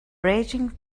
raging